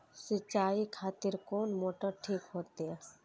सीचाई खातिर कोन मोटर ठीक होते?